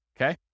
okay